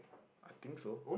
I think so